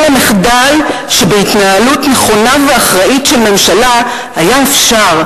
אלא מחדל שבהתנהלות נכונה ואחראית של ממשלה היה אפשר,